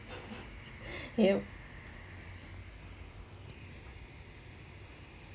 yup